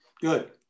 good